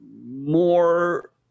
more